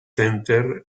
center